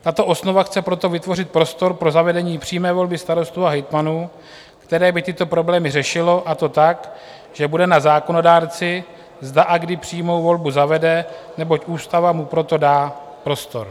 Tato osnova chce proto vytvořit prostor pro zavedení přímé volby starostů a hejtmanů, které by tyto problémy řešilo, a to tak, že bude na zákonodárci, zda a kdy přímou volbu zavede, neboť ústava mu pro to dá prostor.